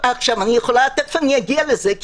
תכף אגיע לזה.